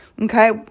okay